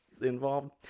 involved